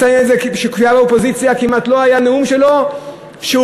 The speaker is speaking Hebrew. שכשהיה באופוזיציה כמעט לא היה נאום שלו שהוא